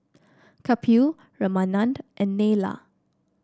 Kapil Ramanand and Neila